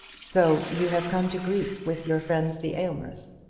so you have come to grief with your friends, the aylmers?